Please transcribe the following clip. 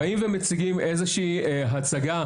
באים ומציגים איזושהי הצגה,